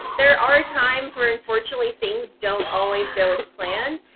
there are times where unfortunately, things don't always go as planned.